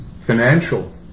financial